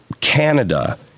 Canada